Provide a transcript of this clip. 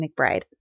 McBride